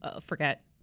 forget